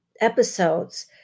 episodes